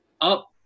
up